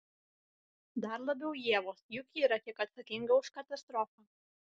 dar labiau ievos juk ji yra kiek atsakinga už katastrofą